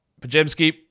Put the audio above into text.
Pajemski